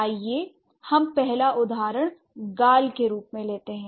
आइए हम पहला उदाहरण गाल के रूप में लेते हैं